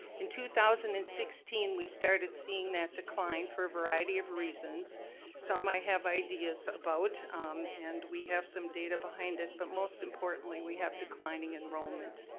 in two thousand and sixteen, we started seeing that decline for a variety of reasons some might have ideas about and we have some data behind it. but most importantly, we have declining enrollment.